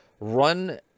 run